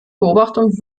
beobachtung